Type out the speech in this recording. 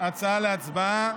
להצעה להצבעה.